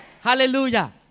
Hallelujah